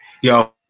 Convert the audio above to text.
Yo